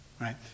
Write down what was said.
Right